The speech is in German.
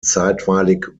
zeitweilig